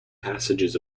passages